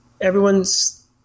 everyone's